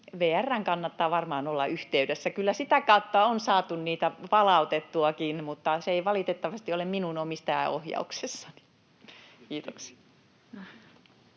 kannattaa varmaan olla yhteydessä. Kyllä sitä kautta on saatu niitä palautettuakin, mutta se ei valitettavasti ole minun omistajaohjauksessani. — Kiitoksia.